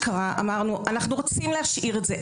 שאמרנו: אנחנו רוצים להשאיר את זה.